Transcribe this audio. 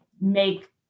make